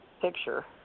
picture